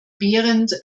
behrendt